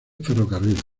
ferrocarril